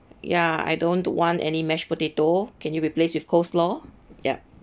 ya I don't want any mashed potato can you replace with coleslaw yup